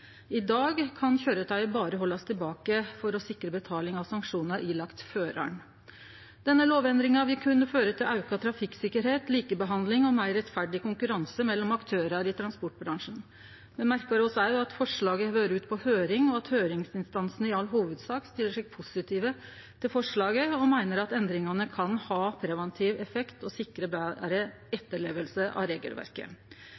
I dag kan køyretøyet berre haldast tilbake for å sikre betaling av sanksjonar ilagde føraren. Denne lovendringa vil kunne føre til auka trafikksikkerheit, likebehandling og meir rettferdig konkurranse mellom aktørar i transportbransjen. Me merkar oss òg at forslaget har vore på høyring, og at høyringsinstansane i all hovudsak stiller seg positive til forslaget og meiner at endringane kan ha preventiv effekt og sikre betre